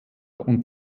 und